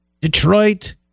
Detroit